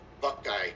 Buckeye